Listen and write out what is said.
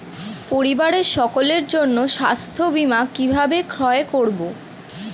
পরিবারের সকলের জন্য স্বাস্থ্য বীমা কিভাবে ক্রয় করব?